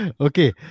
Okay